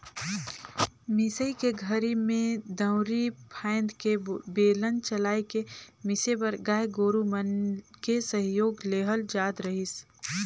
मिसई के घरी में दउंरी फ़ायन्द के बेलन चलाय के मिसे बर गाय गोरु मन के सहयोग लेहल जात रहीस